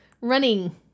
Running